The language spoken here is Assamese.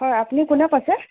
হয় আপুনি কোনে কৈছে